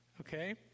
okay